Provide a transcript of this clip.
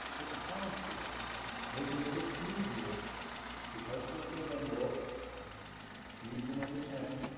it prompts you making it a bit easier to touch where it says envelope choose your number ten